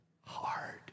hard